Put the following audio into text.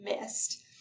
missed